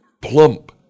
plump